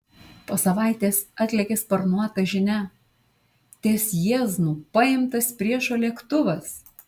po savaitės atlėkė sparnuota žinia ties jieznu paimtas priešo lėktuvas